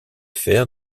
fer